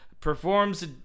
Performs